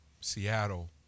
Seattle